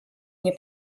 nie